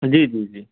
जी जी जी